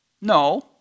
No